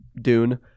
Dune